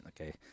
Okay